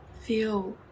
Feel